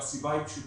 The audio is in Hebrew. והסיבה היא פשוטה,